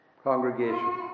Congregation